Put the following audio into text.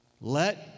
Let